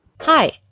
Hi